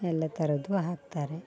ಎಲ್ಲ ಥರದ್ದು ಹಾಕ್ತಾರೆ